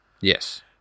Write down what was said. Yes